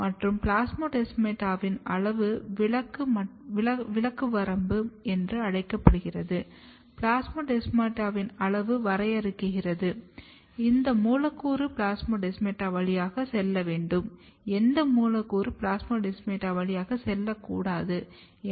மற்றும் பிளாஸ்மோடெஸ்மாட்டாவின் அளவு விலக்கு வரம்பு என்று அழைக்கப்படும் பிளாஸ்மோடெஸ்மாட்டாவின் அளவு வரையறுக்கிறது எந்த மூலக்கூறு பிளாஸ்மோடெஸ்மாடா வழியாக செல்ல வேண்டும் எந்த மூலக்கூறு பிளாஸ்மோடெஸ்மாடா வழியே செல்லக் கூடாது என்று